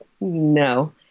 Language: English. no